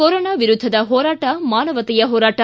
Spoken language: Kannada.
ಕೊರೊನ ವಿರುದ್ದದ ಹೋರಾಟ ಮಾನವತೆಯ ಹೋರಾಟ